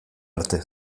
arte